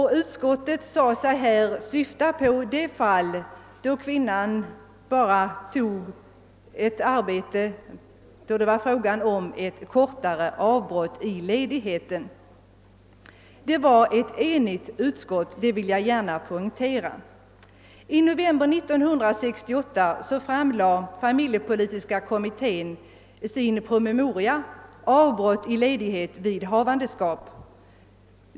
Utskottet sade sig syfta på fall av enstaka kortare avbrott i ledigheten. — Jag vill poängtera att utskottet var enigt. I november 1968 framlade familjepolitiska kommittén sin promemoria »Avbrott i ledighet vid havandeskap«.